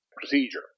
procedure